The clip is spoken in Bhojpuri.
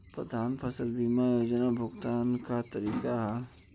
प्रधानमंत्री फसल बीमा योजना क भुगतान क तरीकाका ह?